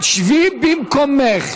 לא שירת בצבא.